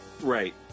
Right